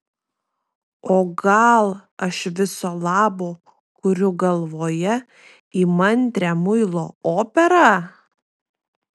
o gal aš viso labo kuriu galvoje įmantrią muilo operą